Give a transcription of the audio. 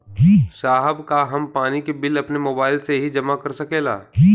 साहब का हम पानी के बिल अपने मोबाइल से ही जमा कर सकेला?